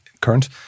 current